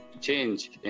change